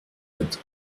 mit